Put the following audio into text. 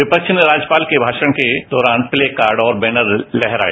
विफ्व ने राज्यपाल के भाषण के दौरान प्ते कार्ड और बैनर लहराए